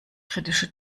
kritische